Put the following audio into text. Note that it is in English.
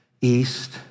East